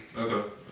Okay